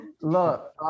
Look